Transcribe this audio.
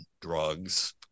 drugs